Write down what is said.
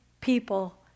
people